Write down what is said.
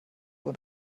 und